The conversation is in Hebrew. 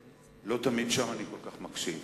לא תמיד שם אני כל כך מקשיב,